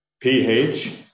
pH